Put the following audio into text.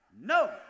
No